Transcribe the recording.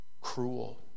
cruel